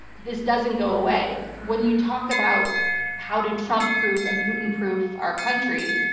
this doesn't go away. when you talk about how to trump-proof and putin-proof our country,